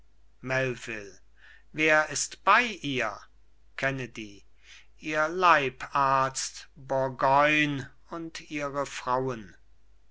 wer ist bei ihr kennedy ihr leibarzt burgoyn und ihre frauen